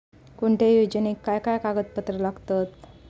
कोणत्याही योजनेक काय काय कागदपत्र लागतत?